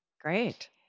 Great